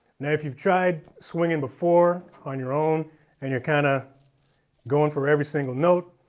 now if you've tried swinging before on your own and you're kind of going for every single note